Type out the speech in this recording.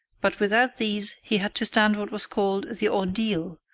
but without these he had to stand what was called the ordeal,